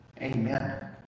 Amen